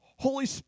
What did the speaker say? Holy